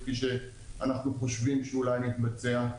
כפי שאנחנו חושבים שאולי מתבצע.